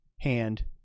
hand